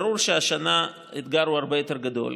ברור שהשנה האתגר הוא הרבה יותר גדול,